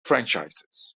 franchises